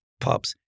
pups